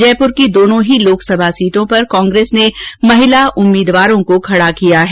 जयपुर की दोनों ही लोकसभा सीटों पर कांग्रेस ने महिला उम्मीदवारों को खडा किया है